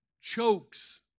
chokes